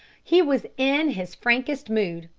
he was in his frankest mood,